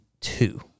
two